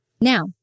Now